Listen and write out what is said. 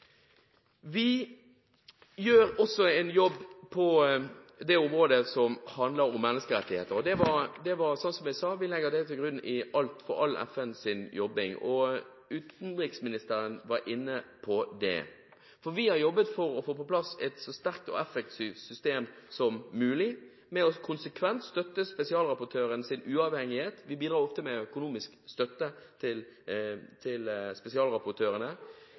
Vi gjør også en jobb på området som handler om menneskerettigheter. Som jeg sa, legger vi det til grunn for all FNs jobbing – utenriksministeren var også inne på det. Vi har jobbet for å få på plass et så sterkt og effektivt system som mulig gjennom konsekvent å støtte spesialrapportørenes uavhengighet. Vi bidrar ofte med økonomisk støtte til spesialrapportørene,